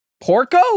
Porco